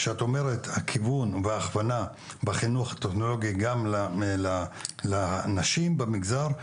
כשאת אומרת הכיוון וההכוונה בחינוך הטכנולוגי גם לנשים במגזר,